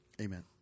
Amen